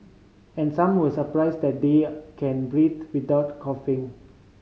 and some were surprised that they can breathe without coughing